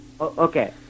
Okay